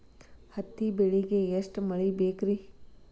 ಹತ್ತಿ ಬೆಳಿಗ ಎಷ್ಟ ಮಳಿ ಬೇಕ್ ರಿ?